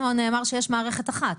לנו נאמר שיש מערכת אחת.